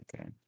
Okay